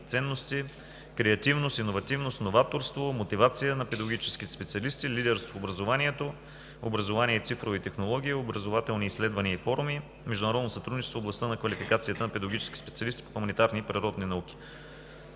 ценности, креативност, иновативност, новаторство, мотивация на педагогическите специалисти, лидерство в образованието, образование и цифрови технологии, образователни изследвания и форуми, международно сътрудничество в областта на квалификацията на педагогически специалисти в хуманитарни и природни науки.